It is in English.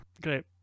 Great